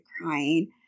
crying